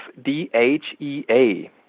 DHEA